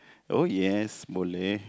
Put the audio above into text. oh yes boleh>